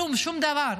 כלום, שום דבר.